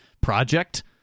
project